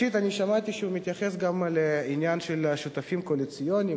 ראשית שמעתי שהוא מתייחס גם לעניין של השותפים הקואליציוניים,